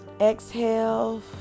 exhale